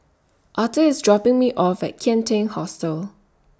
Arthor IS dropping Me off At Kian Teck Hostel